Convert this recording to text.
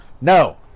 No